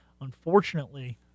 unfortunately